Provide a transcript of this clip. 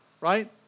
right